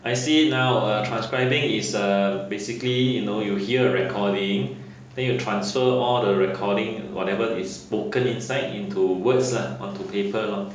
I see now ah transcribing is err basically you know you hear a recording then you transfer all the recording whatever is spoken inside into words lah onto paper lor